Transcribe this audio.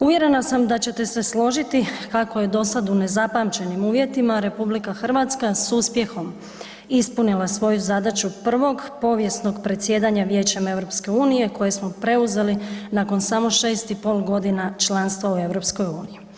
Uvjerena sam da ćete se složiti kako je do sad u nezapamćenim uvjetima RH s uspjehom ispunila svoju zadaću prvog povijesnog predsjedanja Vijećem EU koje smo preuzeli nakon samo 6,5 godina članstva u EU.